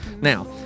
now